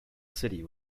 city